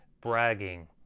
bragging